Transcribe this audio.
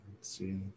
see